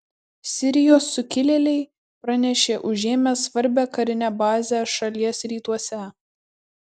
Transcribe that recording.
sirijos sukilėliai pranešė užėmę svarbią karinę bazę šalies rytuose